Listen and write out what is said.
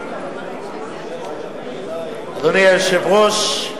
אדוני היושב-ראש,